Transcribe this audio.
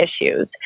issues